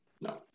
No